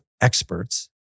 experts